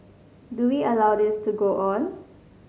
do we allow this to go on